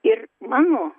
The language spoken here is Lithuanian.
ir mano